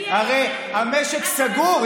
הרי המשק סגור,